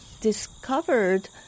discovered